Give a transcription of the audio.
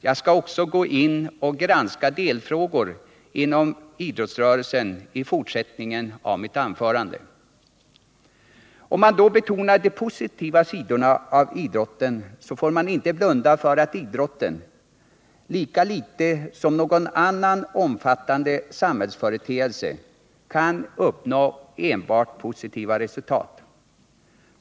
Jag skall också gå in och granska delfrågor inom idrottsrörelsen i fortsättningen av mitt anförande. Om man betonar de positiva sidorna av idrotten får man inte blunda för att idrotten lika litet som någon annan omfattande samhällsföreteelse kan uppnå enbart positiva resultat.